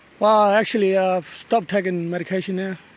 well actually i've stopped taking the medication now